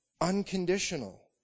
unconditional